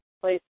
place